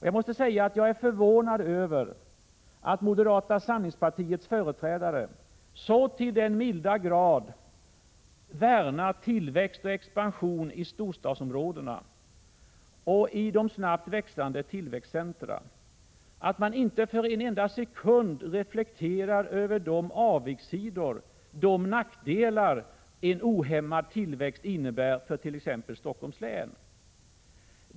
Jag måste säga att jag är förvånad över att moderata samlingspartiets företrädare så till den milda grad värnar tillväxt och expansion i storstadsområdena och i snabbt växande tillväxtcentra att man inte för en enda sekund reflekterar över de avigsidor och nackdelar som en ohämmad tillväxt innebär för t.ex. Stockholms län.